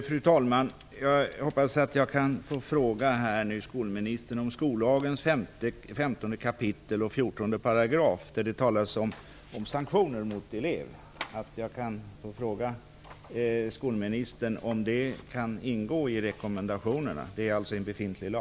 Fru talman! Jag hoppas att jag kan få fråga skolministern om skollagens 15 kap. 14 §, där det talas om sanktioner mot elev. Jag vill fråga skolministern om det som står där, i befintlig lag, kan ingå i rekommendationerna.